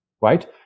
right